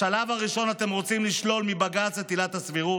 בשלב הראשון אתם רוצים לשלול מבג"ץ את עילת הסבירות,